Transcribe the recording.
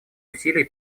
усилий